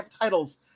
titles